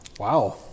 Wow